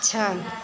छह